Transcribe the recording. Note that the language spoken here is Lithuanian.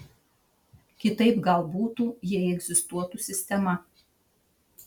kitaip gal butų jei egzistuotų sistema